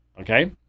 Okay